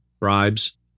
bribes